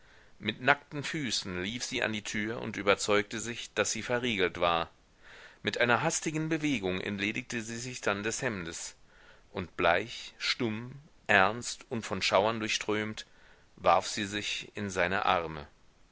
mit nackten füßen lief sie an die tür und überzeugte sich daß sie verriegelt war mit einer hastigen bewegung entledigte sie sich dann des hemdes und bleich stumm ernst und von schauern durchströmt warf sie sich in seine arme